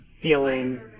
feeling